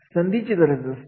संधीची गरज असते